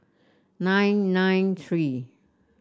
nine nine three